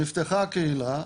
נפתחה הקהילה,